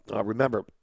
remember